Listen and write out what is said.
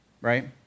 right